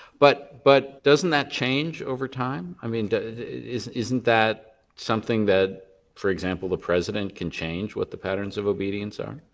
but but doesn't that change over time? i mean isn't that something that, for example the president can change what the patterns of obedience are?